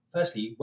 Firstly